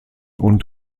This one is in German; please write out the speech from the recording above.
und